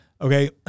Okay